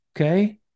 okay